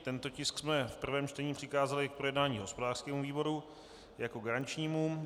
Tento tisk jsme v prvém čtení přikázali k projednání hospodářskému výboru jako garančnímu.